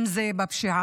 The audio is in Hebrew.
אם זה בפשיעה,